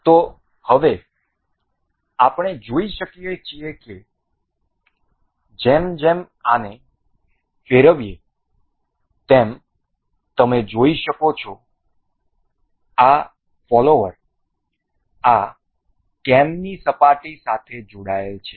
તેથી હવે આપણે જોઈ શકીએ છીએ કે જેમ જેમ આને ફેરવીએ તેમ તમે જોઈ શકો છો આ ફોલોવર આ કેમની સપાટી સાથે જોડાયેલ છે